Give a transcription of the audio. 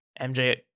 MJ